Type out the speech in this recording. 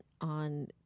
on